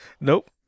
Nope